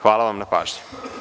Hvala vam na pažnji.